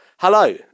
Hello